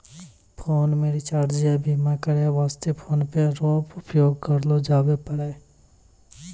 phone मे recharge या बीमा करै वास्ते फोन पे रो उपयोग करलो जाबै पारै